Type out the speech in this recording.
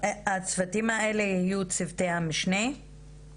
הצוותים האלה יהיו צוותי המשנה?